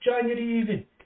January